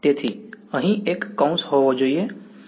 તેથી અહીં એક કૌંસ હોવો જોઈએ હા